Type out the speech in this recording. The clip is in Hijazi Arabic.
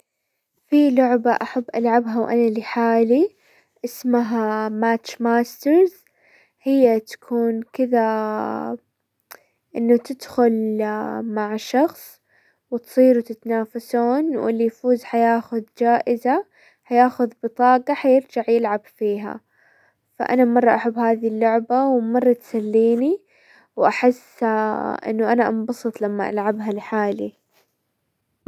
في لعبة احب العبها وانا لحالي اسمها ماتش ماسترز، هي تكون كذا انه تدخل مع شخص وتصيروا تتنافسون، واللي يفوز حياخذ جائزة، حياخذ بطاقة، حيرجع يلعب فيها، فانا مرة احب هذي اللعبة ومرة تسليني، واحس انه انا انبسط لما العبها لحالي.